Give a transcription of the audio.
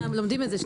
לומדים את זה.